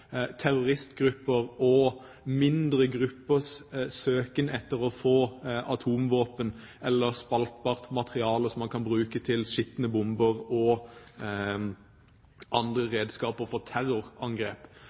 og mindre gruppers søken etter å få tak i atomvåpen eller spaltbart materiale som man kan bruke til skitne bomber og andre